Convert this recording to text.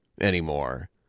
anymore